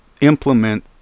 implement